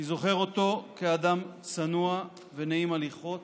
אני זוכר אותו כאדם צנוע ונעים הליכות